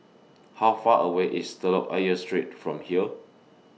How Far away IS Telok Ayer Street from here